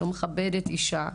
שלא מכבדת אישה,